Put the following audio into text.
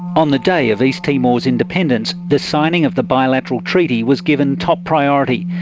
on the day of east timor's independence, the signing of the bilateral treaty was given top priority.